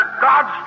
God's